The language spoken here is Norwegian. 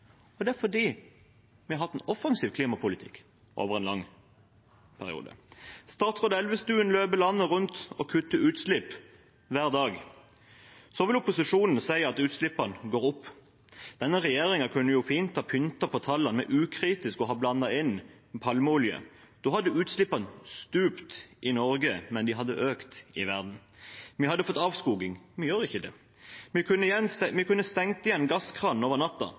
Det er fordi vi har hatt en offensiv klimapolitikk over en lang periode. Statsråd Elvestuen løper landet rundt og kutter utslipp hver dag. Så vil opposisjonen si at utslippene går opp. Denne regjeringen kunne fint ha pyntet på tallene med ukritisk å ha blandet inn palmeolje. Da hadde utslippene stupt i Norge, men de hadde økt i verden, og vi hadde fått avskoging. Vi gjør ikke det. Vi kunne stengt igjen